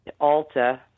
ALTA